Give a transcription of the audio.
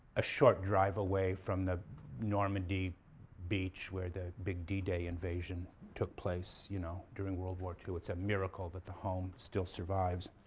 a short drive away from the normandy beach where the big d day invasion took place you know during world war ii. it's a miracle that the home still survives.